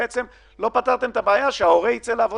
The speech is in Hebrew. לא פתרתם את העניין של יציאה לעבודה,